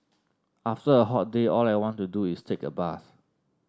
after a hot day all I want to do is take a bath